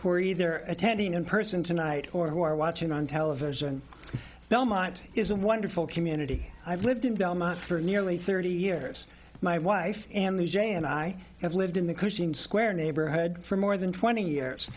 who are either attending in person tonight or who are watching on television now mind is an wonderful community i've lived in belmont for nearly thirty years my wife and the j and i have lived in the cushing square neighborhood for more than twenty years